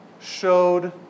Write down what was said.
showed